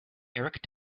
eric